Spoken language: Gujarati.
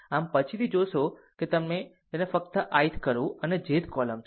આમ પછીથી જોશે કે તમે તેને ફક્ત ith કરવું અને jth કોલમ છે